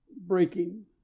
breaking